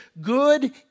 good